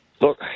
Look